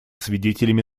свидетелями